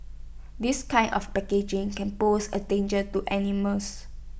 this kind of packaging can pose A danger to animals